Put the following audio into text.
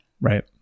Right